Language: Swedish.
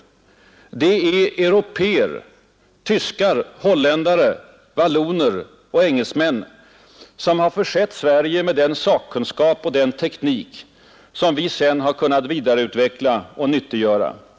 Det är européer — tyskar, holländare, valloner och engelsmän — som har försett Sverige med den sakkunskap och den teknik som vi sedan har kunnat vidareutveckla och nyttiggöra.